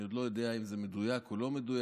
אני עוד לא יודע אם זה מדויק או לא מדויק.